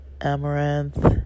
amaranth